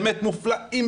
באמת מופלאים,